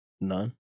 none